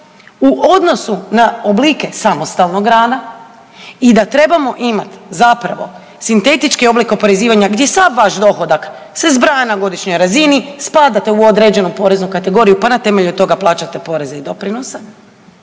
u odnosu na oblike samostalnog rada i da trebamo imat zapravo sintetički oblik oporezivanja gdje sav vaš dohodak se zbraja na godišnjoj razini, spadate u određenu poreznu kategoriju, pa na temelju toga plaćate poreze i doprinose,